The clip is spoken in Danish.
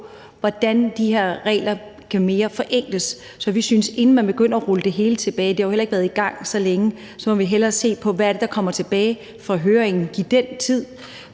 hvordan de her regler kan forenkles. Så vi synes, at vi, inden man begynder at rulle det hele tilbage – det har jo heller ikke været i gang så længe – hellere må se på, hvad det er, der kommer tilbage fra høringen, altså give den tid